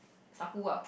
sua gu ah